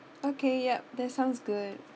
okay yup that sounds good